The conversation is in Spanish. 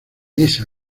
esa